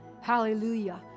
hallelujah